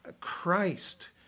Christ